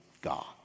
God